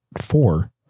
four